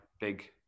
big